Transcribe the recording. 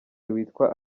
witwa